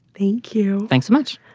thank you. thanks so much.